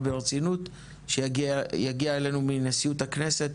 ברצינות שיגיע אלינו מנשיאות הכנסת.